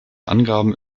angaben